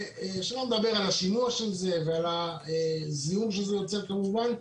שלא נדבר על השינוע של זה ועל הזיהום שזה יוצר כמובן.